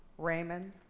raymond,